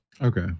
Okay